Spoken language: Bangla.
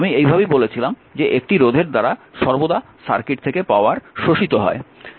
আমি এইভাবে বলেছিলাম যে একটি রোধের দ্বারা সর্বদা সার্কিট থেকে পাওয়ার শোষিত হয়